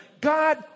God